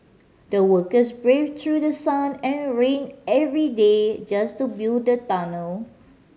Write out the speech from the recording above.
the workers braved through sun and rain every day just to build the tunnel